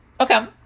Okay